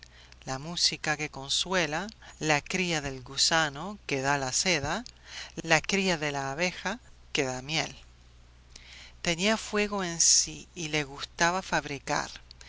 la música que consuela la cría del gusano que da la seda la cría de la abeja que da miel tenía fuego en sí y le gustaba fabricar